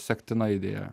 sektina idėja